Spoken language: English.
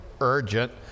urgent